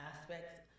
aspects